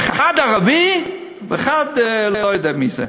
אחד ערבי, ואחד לא יודע מה זה.